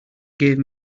gave